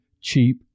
cheap